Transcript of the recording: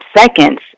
seconds